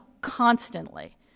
constantly